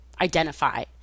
identify